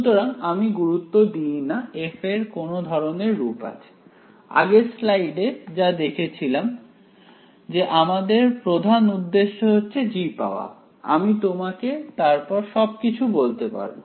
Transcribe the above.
সুতরাং আমি গুরুত্ব দিই না f এর কোন ধরনের রূপে আছে আগের স্লাইডে স্লাইডে যা দেখেছিলাম যে আমাদের প্রধান উদ্দেশ্য হচ্ছে g পাওয়া আমি তোমাকে তারপর সবকিছু বলতে পারবো